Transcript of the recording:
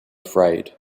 afraid